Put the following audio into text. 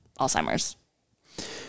Alzheimer's